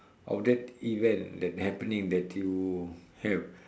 of that event that happening that you have